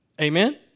Amen